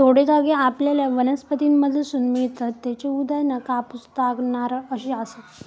थोडे धागे आपल्याला वनस्पतींमधसून मिळतत त्येची उदाहरणा कापूस, ताग, नारळ अशी आसत